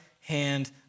hand